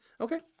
Okay